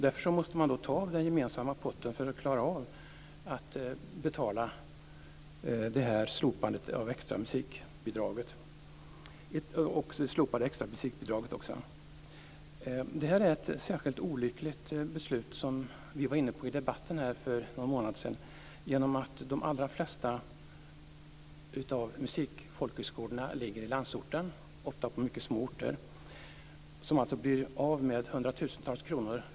Därför måste man ta av den gemensamma potten för att kompensera för slopandet av det extra musikbidraget. Detta är ett särskilt olyckligt beslut. Beslutet debatterades för någon månad sedan. De allra flesta av musikfolkhögskolorna ligger i landsorten, ofta på mycket små orter. Varje skola blir av med hundratusentals kronor.